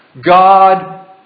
God